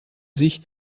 sich